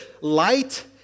light